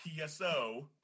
PSO